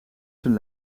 zijn